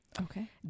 Okay